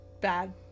bad